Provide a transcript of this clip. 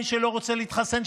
מי שלא רוצה להתחסן,